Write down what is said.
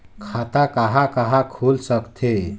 खाता कहा कहा खुल सकथे?